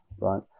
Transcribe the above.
right